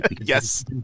Yes